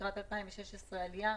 לקראת 2016 עלייה,